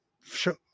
show